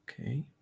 okay